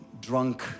drunk